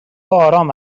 آرام